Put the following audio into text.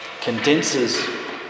condenses